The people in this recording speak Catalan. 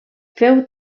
feu